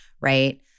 right